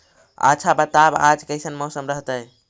आच्छा बताब आज कैसन मौसम रहतैय?